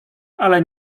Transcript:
ale